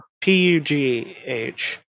p-u-g-h